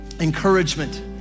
encouragement